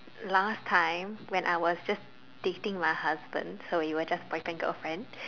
last time when I was just dating my husband so we were just boyfriend girlfriend